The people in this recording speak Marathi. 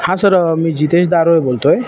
हां सर मी जीतेश दारोळे बोलतो आहे